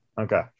Okay